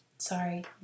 Sorry